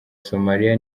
somalia